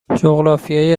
جغرافیای